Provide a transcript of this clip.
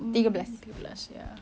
mm tiga belas ya